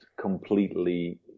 completely